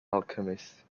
alchemist